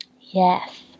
Yes